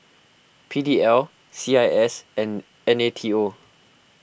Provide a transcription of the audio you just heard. P D L C I S and N A T O